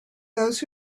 those